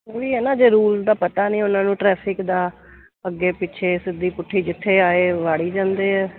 ਉਹੀ ਹੈ ਨਾ ਜੇ ਰੂਲ ਦਾ ਪਤਾ ਨਹੀਂ ਉਹਨਾਂ ਨੂੰ ਟਰੈਫਿਕ ਦਾ ਅੱਗੇ ਪਿੱਛੇ ਸਿੱਧੀ ਪੁੱਠੀ ਜਿੱਥੇ ਆਏ ਵਾੜੀ ਜਾਂਦੇ ਆ